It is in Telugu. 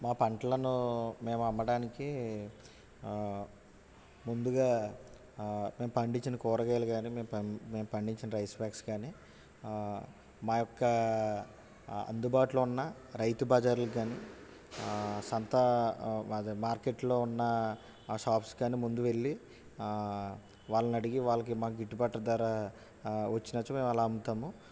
మా పంటలను మేము అమ్మడానికి ముందుగా మేం పండించిన కూరగాయలు కానీ మేము పం మేము పండించిన రైస్ బ్యాగ్స్ కానీ మా యొక్క అందుబాటులో ఉన్న రైతు బజార్లకు కానీ సంత మార్కెట్లో ఉన్న షాప్స్ కానీ ముందు వెళ్ళి వాళ్ళని అడిగి వాళ్ళకి మాకు గిట్టుబాటు ధర వచ్చినచో మేము అలా అమ్ముతాము